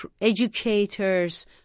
educators